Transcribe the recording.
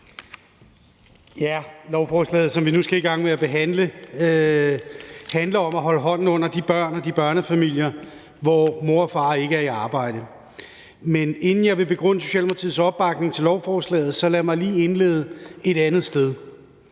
det. Lovforslaget, som vi nu skal i gang med at behandle, handler om at holde hånden under de børn og de børnefamilier, hvor mor og far ikke er i arbejde. Men inden jeg vil begrunde Socialdemokratiets opbakning til lovforslaget, så lad mig lige indlede et andet sted.